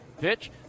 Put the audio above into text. pitch